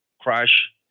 crash